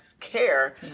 care